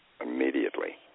immediately